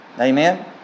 Amen